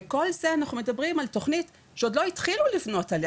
וכל זה אנחנו מדברים על תוכנית שעוד לא התחילו לבנות עליה.